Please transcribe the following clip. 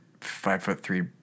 five-foot-three